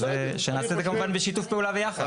שנעשה את זה כמובן בשיתוף פעולה ביחד.